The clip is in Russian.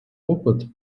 опыт